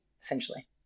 essentially